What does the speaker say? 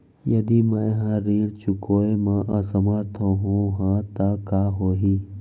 यदि मैं ह ऋण चुकोय म असमर्थ होहा त का होही?